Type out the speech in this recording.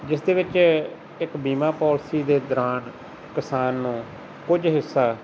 ਜਿਸ ਦੇ ਵਿੱਚ ਇੱਕ ਬੀਮਾ ਪੋਲਸੀ ਦੇ ਦੌਰਾਨ ਕਿਸਾਨ ਨੂੰ ਕੁਝ ਹਿੱਸਾ